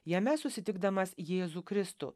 jame susitikdamas jėzų kristų